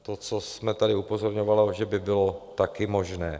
To, co jsme tady upozorňovali, že by bylo také možné.